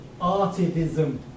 Artivism